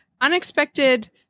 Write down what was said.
unexpected